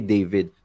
David